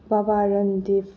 ꯕꯕꯥ ꯔꯥꯝꯗꯦꯕ